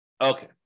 Okay